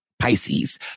Pisces